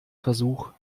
versuch